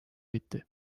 bitti